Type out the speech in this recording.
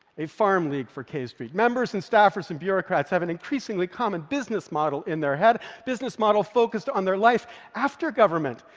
a farm league for k street. members and staffers and bureaucrats have an increasingly common business model in their head, a business model focused on their life after government,